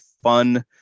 fun